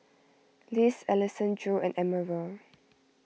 Liz Alessandro and Emerald